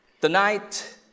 Tonight